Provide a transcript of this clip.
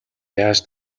яаж